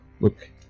Look